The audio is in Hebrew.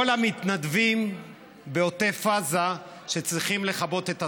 המתנדבים בעוטף עזה שצריכים לכבות את השרפות.